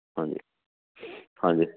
ਹਾਂਜੀ ਹਾਂਜੀ